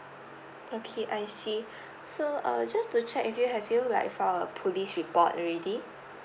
okay I see so uh just to check if you have you like file a police report already